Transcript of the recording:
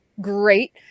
great